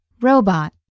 robot